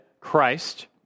Christ